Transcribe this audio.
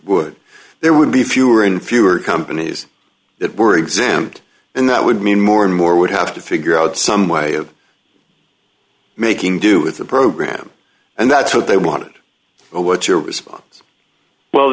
would there would be fewer and fewer companies that were exempt and that would mean more and more would have to figure out some way of making do with the program and that's what they want